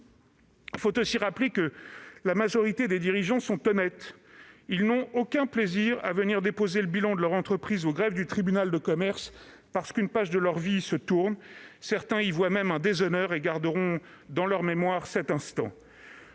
Il faut aussi rappeler que la majorité des dirigeants sont honnêtes ! Ils n'ont aucun plaisir à venir déposer le bilan de leur entreprise au greffe du tribunal de commerce, parce qu'une page de leur vie se tourne. Certains y voient même un déshonneur et garderont dans leur mémoire cet instant.